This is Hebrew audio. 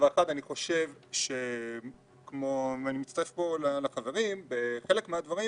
אני מצטרף פה לחברים בחלק מן הדברים,